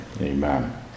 Amen